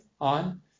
on